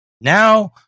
Now